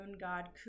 god